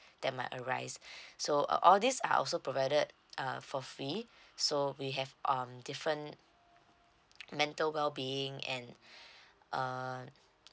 that might arise so uh all these are also provided uh for free so we have um different mental well being and uh